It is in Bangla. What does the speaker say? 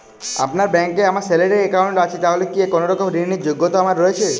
আপনার ব্যাংকে আমার স্যালারি অ্যাকাউন্ট আছে তাহলে কি কোনরকম ঋণ র যোগ্যতা আমার রয়েছে?